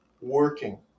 working